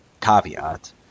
caveat